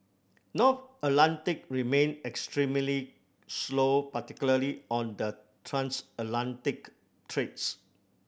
North Atlantic remained extremely slow particularly on the transatlantic trades